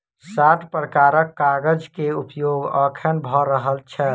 सात प्रकारक कागज के उपयोग अखैन भ रहल छै